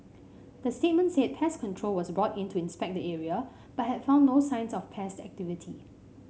the statement said pest control was brought in to inspect the area but had found no signs of pest activity